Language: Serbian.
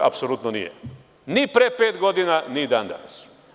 Apsolutno nijem, ni pre pet godina, ni dan danas.